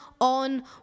on